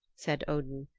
said odin,